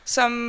Som